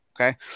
Okay